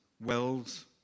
wells